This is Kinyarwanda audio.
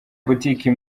boutique